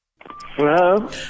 Hello